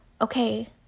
okay